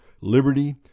liberty